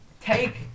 take